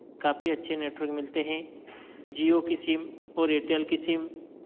काफी अच्छे नेटवर्क मिलते हैं जियो की सिम और एयरटेल की सिम